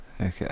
Okay